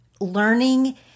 learning